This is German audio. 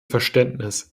verständnis